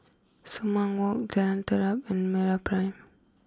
Sumang walk Jalan Terap and MeraPrime